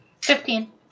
Fifteen